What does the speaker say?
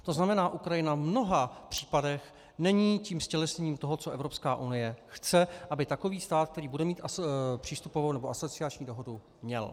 To znamená, Ukrajina v mnoha případech není tím ztělesněním toho, co Evropská unie chce, aby takový stát, který bude mít přístupovou nebo asociační dohodu, měl.